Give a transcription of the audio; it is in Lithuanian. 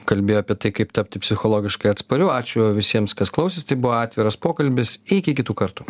kalbėjo apie tai kaip tapti psichologiškai atspariu ačiū visiems kas klausėsi tai buvo atviras pokalbis iki kitų kartų